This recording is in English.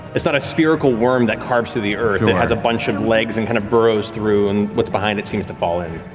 it's not a spherical worm that carves through the earth, it has a bunch of legs and kind of burrows through and what's behind it seems to fall in.